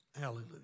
Hallelujah